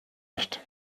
nicht